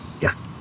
Yes